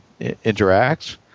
interacts